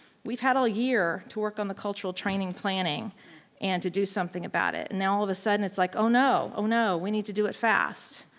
we've had all year to work on the cultural training planning and to do something about it and now all of a sudden it's like, oh no, oh no, we need to do it fast.